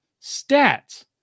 stats